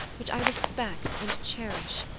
which i respect and cherish.